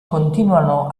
continuano